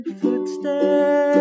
footsteps